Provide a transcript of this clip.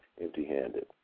empty-handed